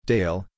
Dale